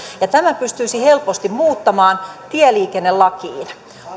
tämän pystyisi helposti muuttamaan tieliikennelakiin